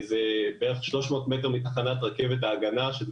זה בערך 300 מטר מתחנת רכבת ההגנה שזה